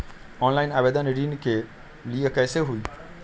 Online आवेदन ऋन के लिए कैसे हुई?